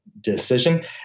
decision